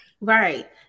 right